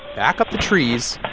back up the trees,